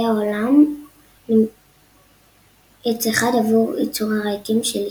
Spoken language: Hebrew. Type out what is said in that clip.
העולם עץ אחד עבור ייצור הרהיטים של איקאה.